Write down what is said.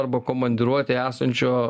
arba komandiruotėj esančio